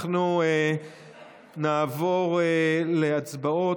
אנחנו נעבור להצבעות.